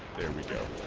there we go